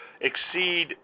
exceed